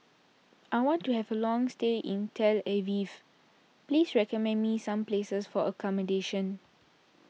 I want to have a long stay in Tel Aviv please recommend me some places for accommodation